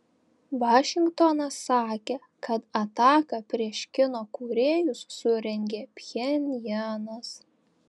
vašingtonas sakė kad ataką prieš kino kūrėjus surengė pchenjanas